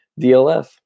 DLF